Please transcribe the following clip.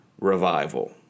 revival